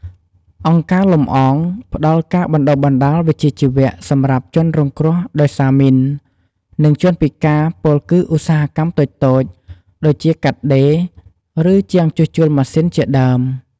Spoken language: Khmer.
អង្គការ លំអង ផ្ដល់ការបណ្តុះបណ្ដាលវិជ្ជាជីវៈសម្រាប់ជនរងគ្រោះដោយសារមីន និងជនពិការ ពោលគឺឧស្សាហកម្មតូចៗ ដូចជាកាត់ដេរ ឬ ជាងជួសជុលម៉ាសុីនជាដើម។